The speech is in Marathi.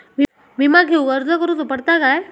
विमा घेउक अर्ज करुचो पडता काय?